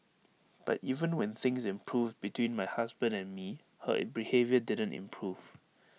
but even when things improved between my husband and me her behaviour didn't improve